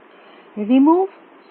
remove scene remove scene key